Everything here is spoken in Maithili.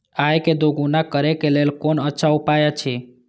आय के दोगुणा करे के लेल कोन अच्छा उपाय अछि?